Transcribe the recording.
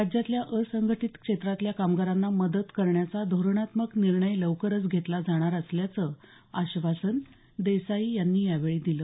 राज्यातल्या असंघटित क्षेत्रातल्या कामगारांना मदत करण्याचा धोरणात्मक निर्णय लवकरच घेतला जाणार असल्याचं आश्वासन देसाई यांनी यावेळी दिलं